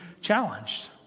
challenged